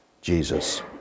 Jesus